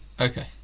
Okay